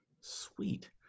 sweet